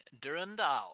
Durandal